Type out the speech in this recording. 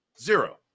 Zero